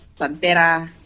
Santera